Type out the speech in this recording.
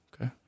Okay